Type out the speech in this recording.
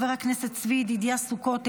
חבר הכנסת צבי ידידיה סוכות,